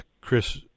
Chris